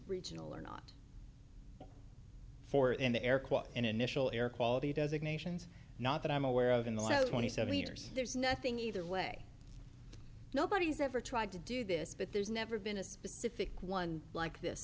regional or not for in the air quotes and initial air quality designations not that i'm aware of in the last twenty seven years there's nothing either way nobody's ever tried to do this but there's never been a specific one like this